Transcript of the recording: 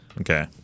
Okay